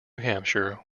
hampshire